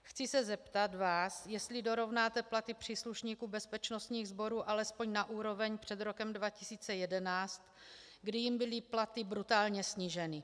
Chci se zeptat vás, jestli dorovnáte platy příslušníků bezpečnostních sborů alespoň na úroveň před rokem 2011, kdy jim byly platy brutálně sníženy.